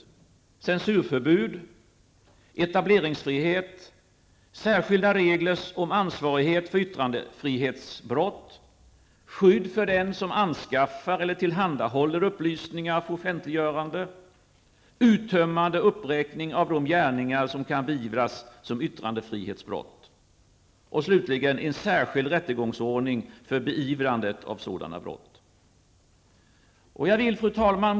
De är censurförbud, etableringsfrihet, särskilda regler om ansvarighet för yttrandefrihetsbrott, skydd för den som anskaffar eller tillhandahåller upplysningar för offentliggörande, uttömmande uppräkning av de gärningar som kan beivras som yttrandefrihetsbrott och slutligen en särskild rättegångsordning för beivrande av sådana brott. Fru talman!